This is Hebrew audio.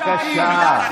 בבקשה.